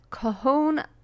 Cajon